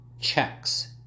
checks